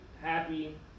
happy